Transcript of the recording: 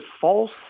false